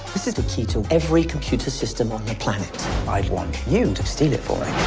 this is the key to every computer system on the planet i want you steal it for me.